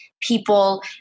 people